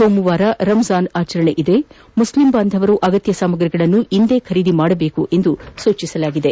ಸೋಮವಾರ ರಂಜಾನ್ ಆಚರಣೆ ಇದ್ದು ಮುಸ್ಲಿಂ ಬಾಂಧವರು ಅಗತ್ಯ ಸಾಮಗ್ರಿಗಳನ್ನು ಇಂದೇ ಖರೀದಿಸಬೇಕೆಂದು ಸೂಚಿಸಲಾಗಿದೆ